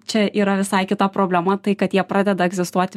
čia yra visai kita problema tai kad jie pradeda egzistuoti